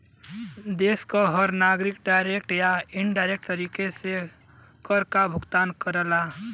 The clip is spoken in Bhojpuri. देश क हर नागरिक डायरेक्ट या इनडायरेक्ट तरीके से कर काभुगतान करला